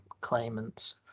claimants